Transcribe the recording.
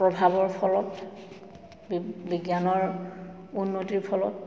প্ৰভাৱৰ ফলত বি বিজ্ঞানৰ উন্নতিৰ ফলত